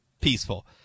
peaceful